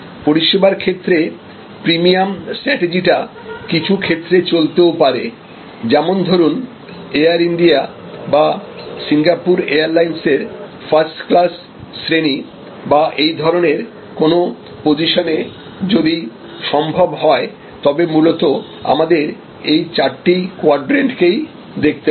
পরিসেবার ক্ষেত্রে premium strategy টা কিছু ক্ষেত্রে চলতেও পারে যেমন ধরুন এয়ার ইন্ডিয়া বা সিঙ্গাপুর এয়ারলাইন্সের ফাস্ট ক্লাস শ্রেণি বা এই ধরণের কোন পজিশনে যদি সম্ভব হয় তবে মূলত আমাদের এই চারটি কোয়াড্রেন্ট কেই দেখতে হবে